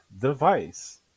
device